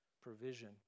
provision